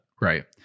right